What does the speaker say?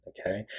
okay